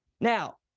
Now